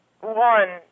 one